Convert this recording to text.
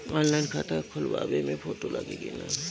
Online खाता खोलबाबे मे फोटो लागि कि ना?